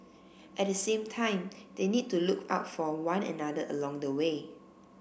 at the same time they need to look out for one another along the way